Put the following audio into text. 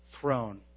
throne